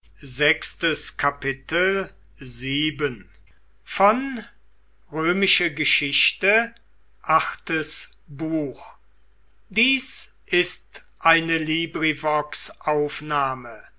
sind ist eine